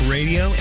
Radio